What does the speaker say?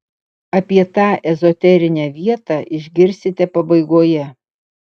apie tą ezoterinę vietą išgirsite pabaigoje